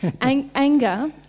Anger